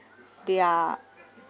they are